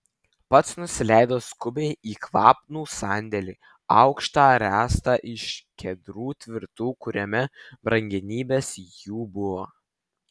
pats nusileido skubiai į kvapnų sandėlį aukštą ręstą iš kedrų tvirtų kuriame brangenybės jų buvo